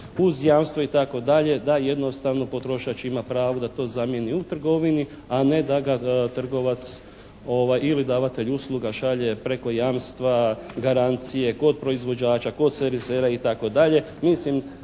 uz jamstvo, itd., da jednostavno potrošač ima pravo da to zamijeni u trgovini, a ne da ga trgovac ili davatelj usluga šalje preko jamstva, garancije kod proizvođača, kod servisera, itd.